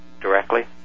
directly